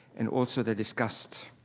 and also their disgust.